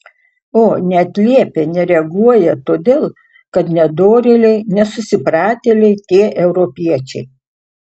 o neatliepia nereaguoja todėl kad nedorėliai nesusipratėliai tie europiečiai